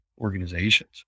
organizations